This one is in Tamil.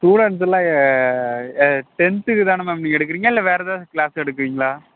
ஸ்டூடண்ட்ஸ் எல்லாம் டென்த்துக்கு தான மேம் நீங்கள் எடுக்குறீங்க இல்லை வேறு ஏதாவது க்ளாஸ் எடுக்கிறீங்களா